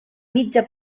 mitja